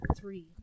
Three